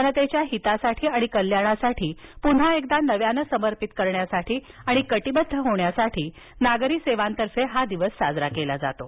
जनतेच्या हितासाठी आणि कल्याणासाठी पुन्हा एकदा नव्यानं समर्पित करण्यासाठी आणि कटिबद्ध होण्यासाठी नागरी सेवांतर्फे हा दिवस साजरा केला जातो